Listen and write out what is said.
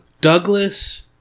Douglas